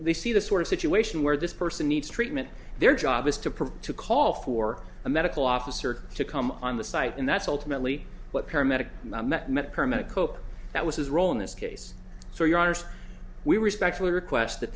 they see the sort of situation where this person needs treatment their job is to provide to call for a medical officer to come on the site and that's ultimately what paramedic met meant permanent cope that was his role in this case so your honors we respectfully request that